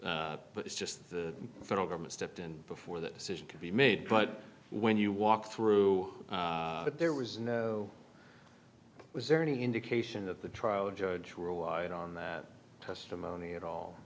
and it's just the federal government stepped in before that decision could be made but when you walk through that there was no was there any indication that the trial judge worldwide on that testimony at all